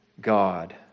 God